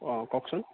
অঁ কওকচোন